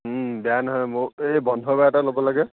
বেয়া নহয় মোৰ এই বন্ধ বাৰ এটা ল'ব লাগে